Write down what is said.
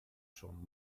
schon